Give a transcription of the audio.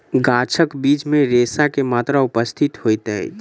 गाछक बीज मे रेशा के मात्रा उपस्थित होइत अछि